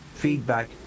Feedback